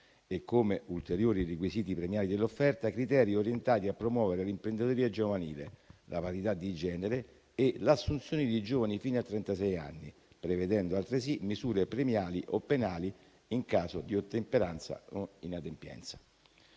e come ulteriori requisiti premiali dell'offerta, criteri orientati a promuovere l'imprenditoria giovanile, la parità di genere e l'assunzione dei giovani fino a trentasei anni, prevedendo altresì misure premiali o penali in caso di ottemperanza o inadempienza.